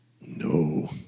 No